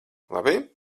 labi